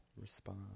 respond